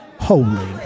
holy